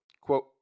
Quote